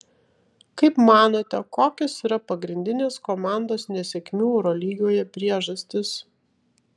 kaip manote kokios yra pagrindinės komandos nesėkmių eurolygoje priežastys